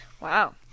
Wow